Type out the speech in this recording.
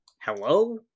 hello